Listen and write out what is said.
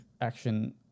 action